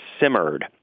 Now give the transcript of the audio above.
simmered